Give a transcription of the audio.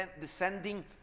descending